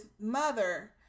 mother